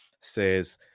says